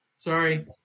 Sorry